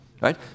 right